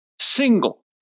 single